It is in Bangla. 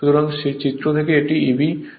সুতরাং চিত্র থেকে এটি Eb 1 230 ভোল্ট এর হবে